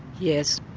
yes.